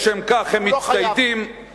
לשם כך הם מצטיידים, הוא לא חייב.